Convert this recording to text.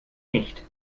nicht